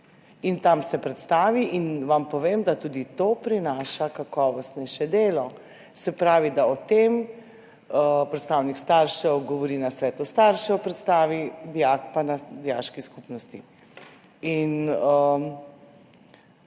In tam se predstavi in vam povem, da tudi to prinaša kakovostnejše delo. Se pravi, da o tem predstavnik staršev govori na svetu staršev, predstavi, dijak pa na dijaški skupnosti.